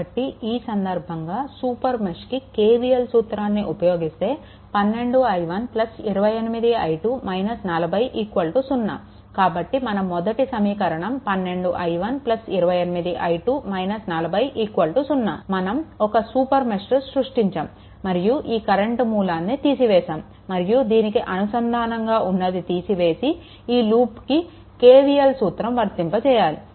కాబట్టి ఈ సందర్భంగా సూపర్ మెష్కి KVL సూత్రాన్ని ఉపయోగిస్తే 12 i1 28 i2 40 0 కాబట్టి మన మొదటి సమీకరణం 12 i1 28 i2 40 0 మనం ఒక సూపర్ మెష్ సృష్టించాము మరియు ఈ కరెంట్ మూలాన్ని తీసివేశాము మరియు దీనికి అనుసంధానంగా ఉన్నది తీసివేసి ఈ లూప్కి KVL సూత్రం వర్తింపజేయాలి